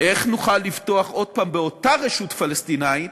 איך נוכל לבטוח עוד הפעם באותה רשות פלסטינית